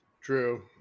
True